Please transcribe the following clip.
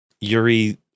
Yuri